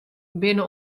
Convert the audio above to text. binne